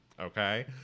Okay